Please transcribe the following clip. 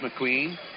McQueen